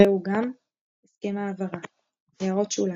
ראו גם הסכם העברה == הערות שוליים שוליים ==